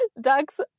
ducks